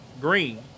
green